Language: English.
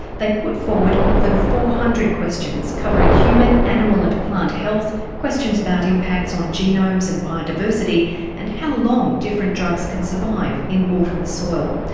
they put forward more than four hundred questions covering human, animal and plant health, questions about impacts on genomes and biodiversity and how long different drugs can survive in water and soil.